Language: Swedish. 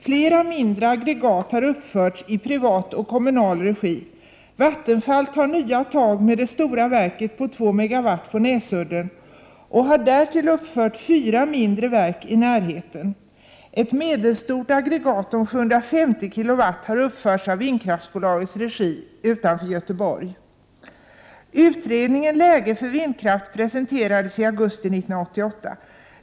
Flera mindre aggregat har uppförts i privat och kommunal regi. Vattenfall tar nya tag med det stora verket på 2 MW på Näsudden och har därtill uppfört fyra mindre verk i närheten. Ett medelstort aggregat om 750 kW har uppförts i Vindkraftsbolagets regi utanför Göteborg. Utredningen Läge för vindkraft presenterades i augusti 1988.